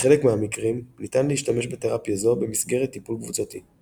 בחלק מהמקרים ניתן להשתמש בתרפיה זו במסגרת טיפול קבוצתי.